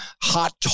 hot